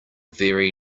very